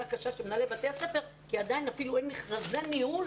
קשה יש למנהלי בתי הספר ועדיין אפילו אין מכרזי ניהול